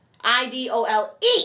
I-D-O-L-E